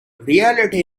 reality